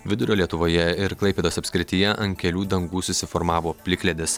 vidurio lietuvoje ir klaipėdos apskrityje ant kelių dangų susiformavo plikledis